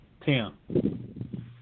Tim